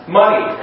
money